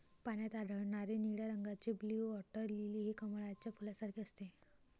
पाण्यात आढळणारे निळ्या रंगाचे ब्लू वॉटर लिली हे कमळाच्या फुलासारखे असते